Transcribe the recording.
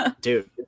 dude